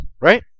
right